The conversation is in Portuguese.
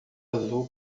azul